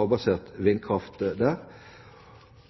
havbasert vindkraft